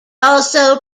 also